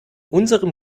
unserem